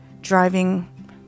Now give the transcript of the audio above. driving